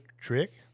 trick